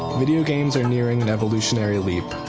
video games are nearing an evolutionary leap,